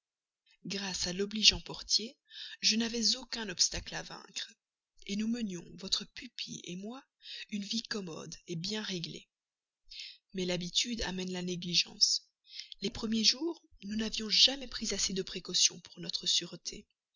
grâce à l'obligeant portier je n'avais aucun obstacle à vaincre nous menions votre pupille moi une vie commode réglée mais l'habitude amène la négligence les premiers jours nous n'avions jamais pris assez de précautions pour notre sûreté